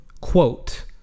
quote